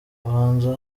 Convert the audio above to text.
ubanza